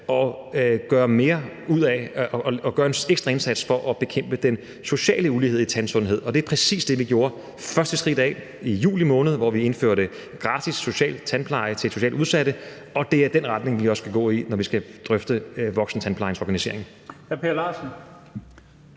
og gøre en ekstra indsats for at bekæmpe den sociale ulighed i tandsundhed, og det var præcis det, vi tog det første skridt af i juli måned, hvor vi indførte gratis social tandpleje til socialt udsatte, og det er også den retning, vi skal gå i, når vi skal drøfte voksentandplejens organisering.